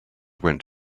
went